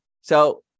So-